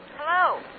Hello